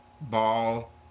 ball